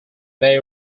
bay